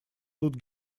тут